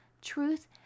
truth